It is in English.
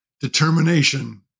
determination